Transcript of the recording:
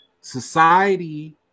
society